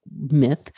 myth